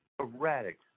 erratic